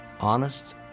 honest